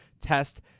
test